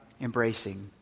embracing